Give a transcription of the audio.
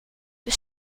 the